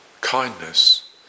kindness